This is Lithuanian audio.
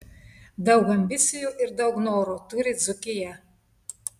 daug ambicijų ir daug noro turi dzūkija